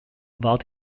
war